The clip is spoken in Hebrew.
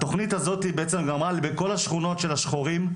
התוכנית הזאתי בעצם הייתה בכל השכונות של השחורים,